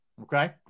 okay